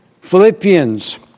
Philippians